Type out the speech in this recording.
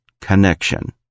connection